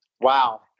wow